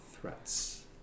threats